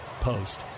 post